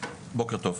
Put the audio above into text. בוקר טוב,